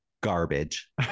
Garbage